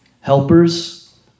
Helpers